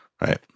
right